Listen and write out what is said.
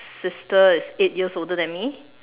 sister is eight years older than me